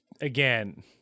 again